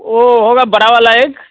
वो होगा बड़ा वाला एक